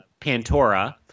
Pantora